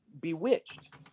Bewitched